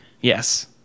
Yes